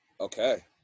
Okay